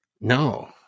no